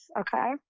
okay